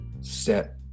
set